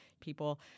people